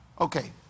Okay